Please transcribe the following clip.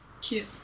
Cute